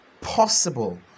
possible